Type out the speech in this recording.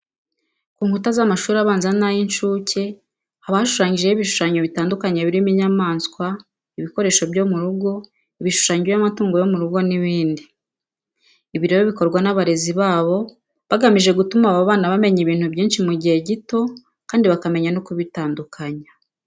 Ku nkuta z'amashuri abanza n'ay'incuke, haba hashushanyijeho ibishushanyo bitandukanye birimo inyamaswa, ibikoresho byo mu rugo, ibishushanyo by'amatungo yo mu rugo n'ibindi. Ibi rero bikorwa n'abarezi babo bagamije gutuma aba bana bamenya ibintu byinshi mu gihe gito kandi bakamenya no kubitandukanya.